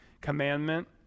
commandment